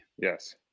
Yes